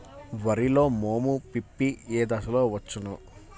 వరిలో మోము పిప్పి ఏ దశలో వచ్చును?